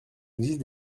existe